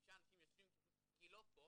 למישה אנשים יושבים כי היא לא פה,